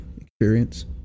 experience